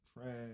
trash